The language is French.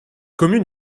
commune